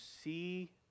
see